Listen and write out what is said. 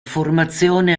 formazione